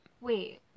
Wait